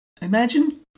Imagine